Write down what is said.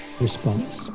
response